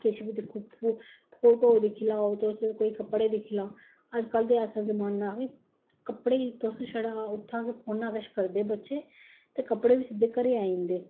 किश बी दिक्खो फोटो दिक्खी लैओ तुस कोई कपडे़ दिक्खी लैओ अजकल ते ऐसा जमाना के कपडे़ गी तुस छड़ा उत्थुआं फोने च किश करदे बच्चे कपडे़ बी सिद्धे घरे गी आई जंदे